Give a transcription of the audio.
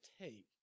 take